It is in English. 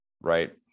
right